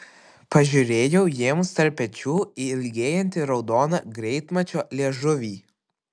pažiūrėjau jiems tarp pečių į ilgėjantį raudoną greitmačio liežuvį